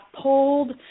pulled